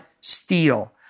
steal